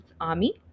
army